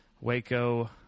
Waco